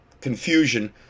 confusion